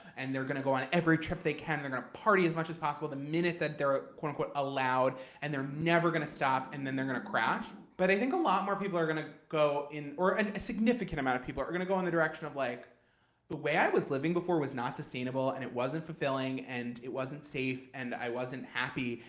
and they're going to go on every trip they can. they're going to party as much as possible the minute that they're, ah quote unquote, allowed. and they're never going to stop and then they're going to crash. but i think a lot more people are going to go or an significant amount of people are going to go in the direction of like the way i was living before was not sustainable and it wasn't fulfilling and it wasn't safe and i wasn't happy.